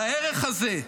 והערך הזה,